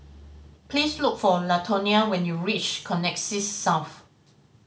please look for Latonia when you reach Connexis South